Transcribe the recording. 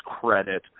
credit